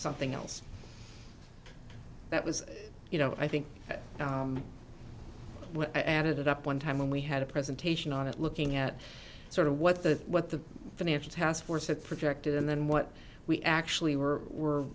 something else that was you know i think i added it up one time when we had a presentation on it looking at sort of what the what the financial taskforce had projected and then what we actually were we're